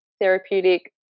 therapeutic